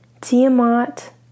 Tiamat